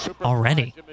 already